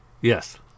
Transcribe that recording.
Yes